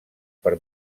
per